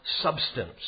substance